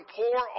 pour